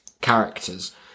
characters